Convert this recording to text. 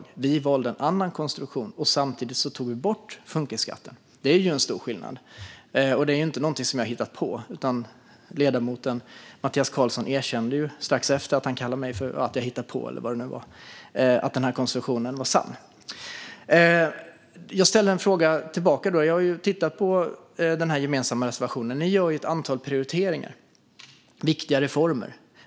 Vi valde en annan konstruktion, samtidigt som vi tog bort funkisskatten. Det är en stor skillnad och ingenting som jag har hittat på. Ledamoten Mattias Karlsson erkände ju, strax efter att han sagt att jag hittade på, att den här konstruktionen var sann. Jag har tittat på den gemensamma reservationen. Ni gör ett antal prioriteringar och viktiga reformer.